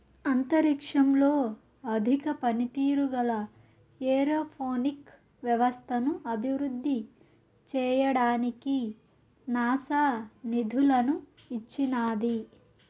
అంతరిక్షంలో అధిక పనితీరు గల ఏరోపోనిక్ వ్యవస్థను అభివృద్ధి చేయడానికి నాసా నిధులను ఇచ్చినాది